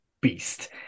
beast